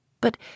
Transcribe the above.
But